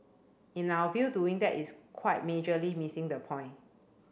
in our view doing that is quite majorly missing the point